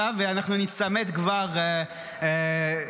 ואנחנו ניצמד כבר בוועדה.